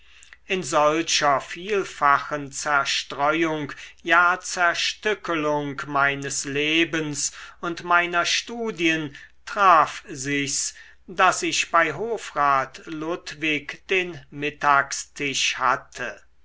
in solcher vielfachen zerstreuung ja zerstückelung meines wesens und meiner studien traf sich's daß ich bei hofrat ludwig den mittagstisch hatte